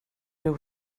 ryw